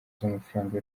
z’amafaranga